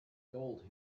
gold